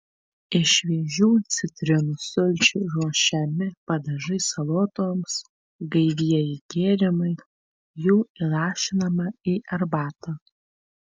iš šviežių citrinų sulčių ruošiami padažai salotoms gaivieji gėrimai jų įlašinama į arbatą